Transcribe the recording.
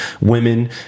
women